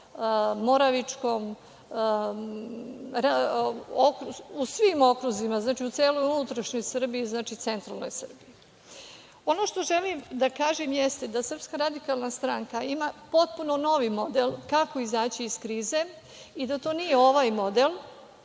Moravičkom, u svim okruzima, znači u celoj unutrašnjoj Srbiji, znači centralnoj Srbiji. Ono što želim da kažem jeste da SRS ima potpuno novi model, kako izaći iz krize i da to nije ovaj model,